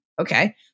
Okay